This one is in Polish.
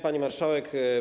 Pani Marszałek!